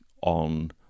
on